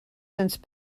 since